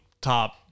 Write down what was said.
top